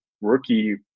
rookie